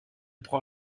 prend